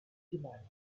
demand